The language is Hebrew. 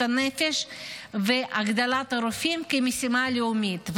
הנפש והגדלת הרופאים כמשימה לאומית,